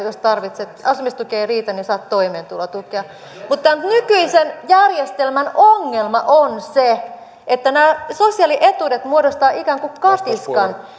jos asumistuki ei riitä niin saat toimeentulotukea mutta nykyisen järjestelmän ongelma on se että nämä sosiaalietuudet muodostavat ikään kuin katiskan